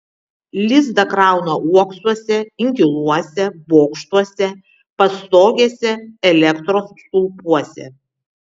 lizdą krauna uoksuose inkiluose bokštuose pastogėse elektros stulpuose